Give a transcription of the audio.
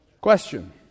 Question